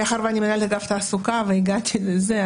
מאחר שאני מנהלת אגף תעסוקה והגעתי לזה,